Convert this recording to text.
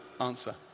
answer